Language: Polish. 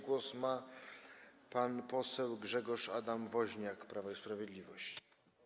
Głos ma pan poseł Grzegorz Adam Woźniak, Prawo i Sprawiedliwość.